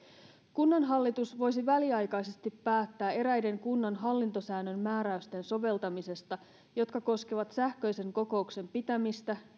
kunnanhallitus voisi väliaikaisesti päättää eräiden kunnan hallintosäännön määräysten soveltamisesta jotka koskevat sähköisen kokouksen pitämistä